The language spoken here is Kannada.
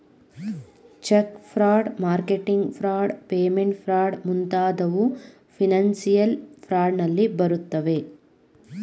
check fraud, marketing fraud, payment fraud ಮುಂತಾದವು ಫಿನನ್ಸಿಯಲ್ ಫ್ರಾಡ್ ನಲ್ಲಿ ಬರುತ್ತವೆ